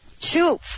two